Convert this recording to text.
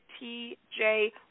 tj